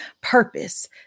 Purpose